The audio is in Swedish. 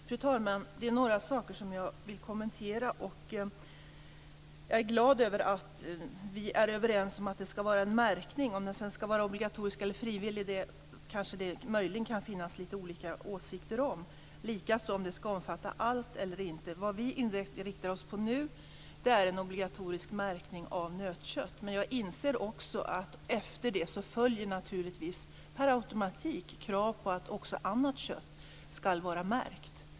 Fru talman! Det är några saker som jag vill kommentera. Jag är glad över att vi är överens om att det ska vara en märkning av kött. Om den sedan ska vara obligatorisk eller frivillig kanske det möjligen kan finnas lite olika åsikter om, likaså om den ska omfatta allt kött eller inte. Vad vi inriktar oss på nu är en obligatorisk märkning av nötkött, men jag inser också att efter det följer naturligtvis med automatik krav på att också annat kött ska vara märkt.